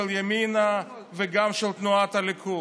של ימינה וגם של תנועת הליכוד.